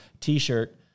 t-shirt